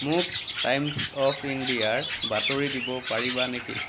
মোক Times of ইণ্ডিয়াৰ বাতৰি দিব পাৰিবা নেকি